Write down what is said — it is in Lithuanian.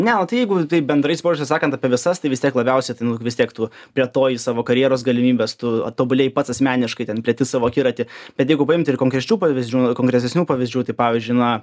ne o tai jeigu taip bendrais požiūriais sakant apie visas tai vis tiek labiausia tai nu vis tiek tu plėtoji savo karjeros galimybes tu tobulėji pats asmeniškai ten pleti savo akiratį bet jeigu paimt ir konkrečių pavyzdžių konkretesnių pavyzdžių tai pavyzdžiui na